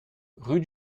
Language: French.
rue